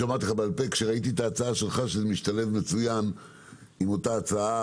כשראיתי את ההצעה שלך שמשתלבת מצוין עם ההצעה